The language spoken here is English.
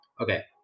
Okay